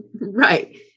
Right